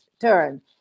turn